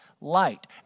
light